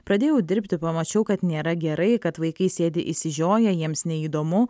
pradėjau dirbti pamačiau kad nėra gerai kad vaikai sėdi išsižioję jiems neįdomu